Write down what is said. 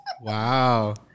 Wow